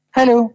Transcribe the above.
Hello